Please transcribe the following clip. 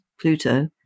Pluto